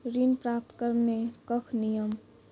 ऋण प्राप्त करने कख नियम?